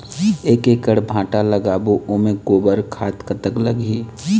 एक एकड़ भांटा लगाबो ओमे गोबर खाद कतक लगही?